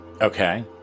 Okay